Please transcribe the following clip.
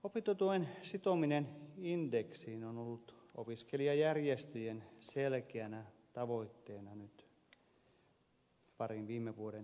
opintotuen sitominen indeksiin on ollut opiskelijajärjestöjen selkeänä tavoitteena nyt parin viime vuoden aikana